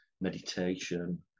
meditation